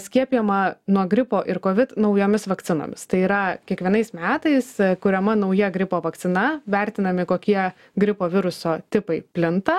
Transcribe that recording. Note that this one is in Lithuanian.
skiepijama nuo gripo ir kovid naujomis vakcinomis tai yra kiekvienais metais kuriama nauja gripo vakcina vertinami kokie gripo viruso tipai plinta